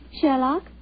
Sherlock